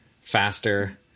faster